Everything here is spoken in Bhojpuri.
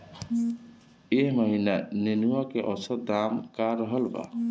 एह महीना नेनुआ के औसत दाम का रहल बा?